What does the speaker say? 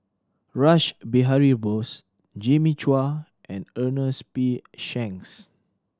Rash Behari Bose Jimmy Chua and Ernest P Shanks